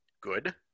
good